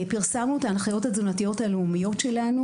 פרסמנו את ההנחיות התזונתיות הלאומיות שלנו